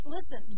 Listen